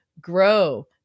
grow